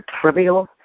trivial